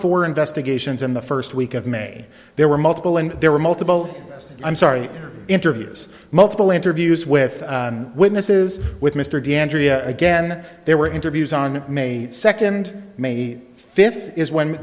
four investigations in the first week of may there were multiple and there were multiple i'm sorry interviews multiple interviews with witnesses with mr de andrea again there were interviews on may second may fifth is when